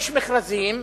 יש מכרזים.